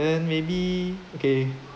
and then maybe okay